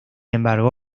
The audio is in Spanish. embargo